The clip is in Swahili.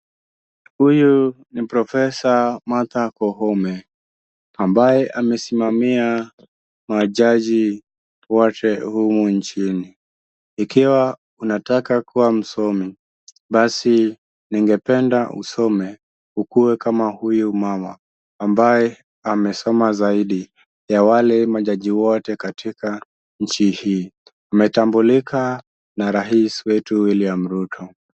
Huyu ni profesa Martha koome ambaye amesimamia majaji wote humu nchini. Ikiwa unataka kuwa msomi basi ningependa usome ukuwe kama huyu mama ambaye amesoma zaidi ya wale majaji wote katika nchi hii. Ametambulika na rais wetu William Ruto.